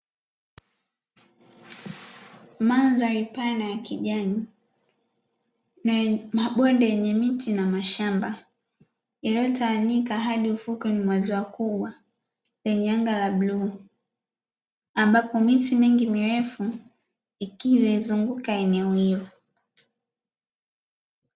Mandhari pana ya kijani na mabonde yenye miti na mashamba yaliyotawanyika hadi ufukweni mwa ziwa kubwa lenye anga la bluu, ambapo miti mingi mirefu ikiwa imezunguka eneo hilo.